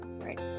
right